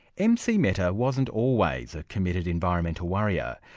mc mehta wasn't always a committed environmental warrior.